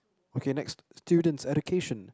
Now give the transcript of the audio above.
okay next students education